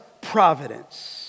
providence